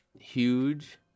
huge